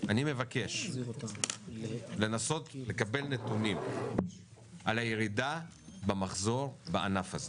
אני מבקש לנסות לקבל נתונים על הירידה במחזור בענף הזה.